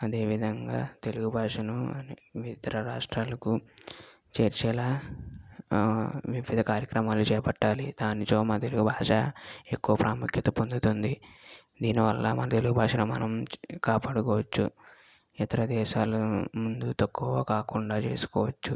అదే విధంగా తెలుగు భాషను ఇతర రాష్ట్రాలకు చేర్చేలా ఆ వివిధ కార్యక్రమాలు చేపట్టాలి దానిచో మన తెలుగు భాష ఎక్కువ ప్రాముఖ్యత పొందుతుంది దీని వలన మన తెలుగు భాషను మనం కాపాడుకోవచ్చు ఇతర దేశాల ముందు తక్కువ కాకుండా చేసుకోవచ్చు